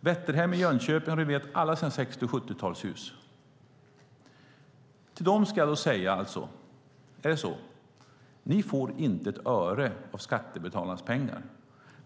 Vätterhem i Jönköping har renoverat alla sina 60 och 70-talshus. Till dem ska jag alltså - är det så? - säga: - Ni får inte ett öre av skattebetalarnas pengar.